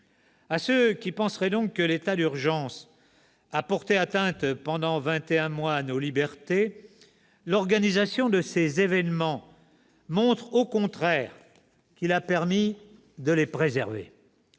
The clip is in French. À ceux qui penseraient que l'état d'urgence a porté atteinte pendant vingt et un mois à nos libertés, l'organisation de ces événements montre au contraire qu'il a permis de les préserver.